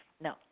No